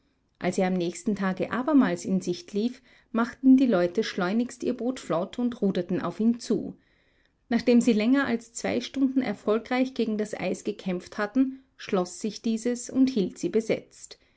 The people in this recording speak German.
als er am nächsten tage abermals in sicht lief machten die leute schleunigst ihr boot flott und ruderten auf ihn zu nachdem sie länger als zwei stunden erfolgreich gegen das eis gekämpft hatten schloß sich dieses und hielt sie besetzt